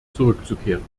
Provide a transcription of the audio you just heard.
zurückzukehren